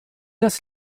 das